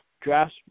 draft